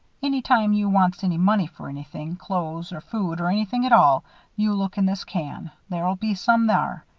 any time you wants any money for anything clothes or food or anything at all you look in this can. there'll be some thar.